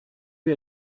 wir